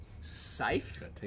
safe